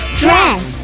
dress